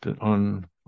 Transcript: on